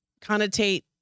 connotate